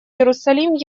иерусалим